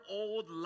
old